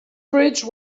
bridge